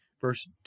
verse